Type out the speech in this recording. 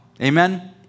Amen